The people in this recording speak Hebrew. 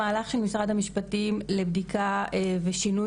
המהלך של משרד המשפטים לבדיקה לשינוי